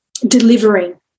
delivering